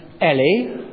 Ellie